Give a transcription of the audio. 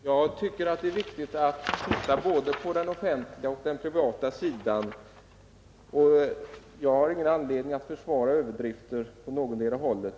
Herr talman! Jag tycker det är riktigt att titta på både den offentliga och den privata sidan, och jag har ingen anledning att försvara överdrifter på någotdera hållet.